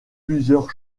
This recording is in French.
plusieurs